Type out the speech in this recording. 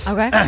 Okay